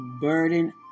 burden